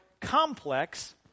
complex